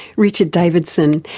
richard davidson,